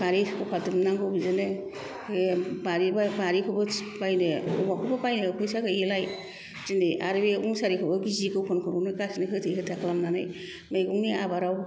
बारि सफा दुमनांगौ बिदिनो बारिबो बारिखौबो थिं बायनो औवाखौबो बायनो फैसा गैयैलाय दिनै आरो बे मुसारिखौबो गिजि गब्लंखौनो गासिबो होथे होथा खालामनानै मैगंनि आबादआव